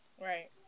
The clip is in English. Right